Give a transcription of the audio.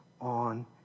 on